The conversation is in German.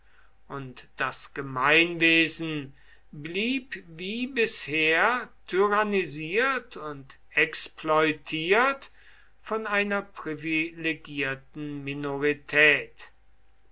und das gemeinwesen blieb wie bisher tyrannisiert und exploitiert von einer privilegierten minorität